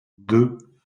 deux